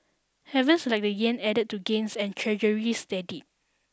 havens like the yen added to gains and treasuries steadied